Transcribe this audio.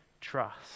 trust